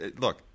look